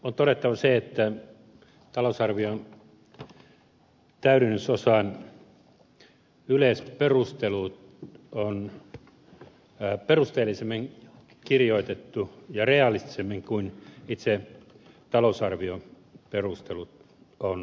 on todettava se että talousarvion täydennysosan yleisperustelut on perusteellisemmin kirjoitettu ja realistisemmin kuin itse talousarvioperustelut on kirjoitettu